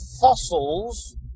fossils